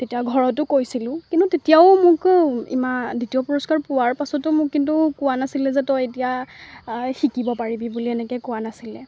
তেতিয়া ঘৰতো কৈছিলোঁ কিন্তু তেতিয়াও মোক ইমান দ্বিতীয় পুৰস্কাৰ পোৱাৰ পাছতো মোক কিন্তু কোৱা নাছিলে যে তই এতিয়া শিকিব পাৰিবি বুলি এনেকৈ কোৱা নাছিলে